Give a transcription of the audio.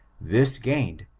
this gained,